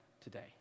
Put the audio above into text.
today